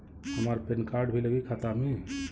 हमार PAN card भी लगी खाता में?